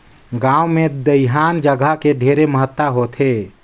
गांव मे दइहान जघा के ढेरे महत्ता होथे